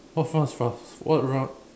what fast fast what run